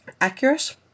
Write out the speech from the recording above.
accurate